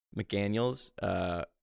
McDaniel's